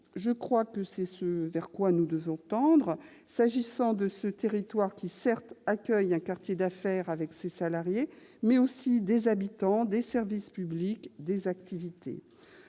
Je crois que c'est vers quoi nous devons tendre, s'agissant de ce territoire qui accueille certes un quartier d'affaires avec ses salariés, mais aussi des habitants, des services publics, des activités.